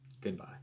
Goodbye